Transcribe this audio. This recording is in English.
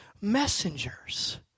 messengers